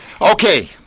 Okay